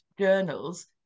journals